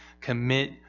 commit